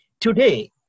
Today